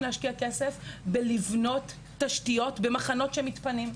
להשקיע כסף בבניית תשתיות במחנות שמתפנים.